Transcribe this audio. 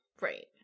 Right